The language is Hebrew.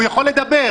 הוא יכול לדבר.